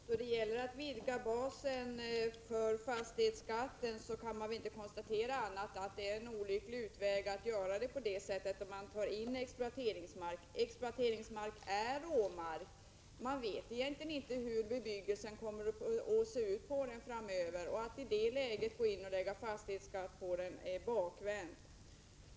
Herr talman! När det gäller att vidga basen för fastighetsskatten kan man 21 maj 1986 väl inte konstatera annat än att det är olyckligt att göra det på så sätt att man tar med exploateringsmark. Sådan mark är råmark, och man vet egentligen inte hur bebyggelsen på den kommer att se ut. Att i det läget belägga den med fastighetsskatt är bakvänt.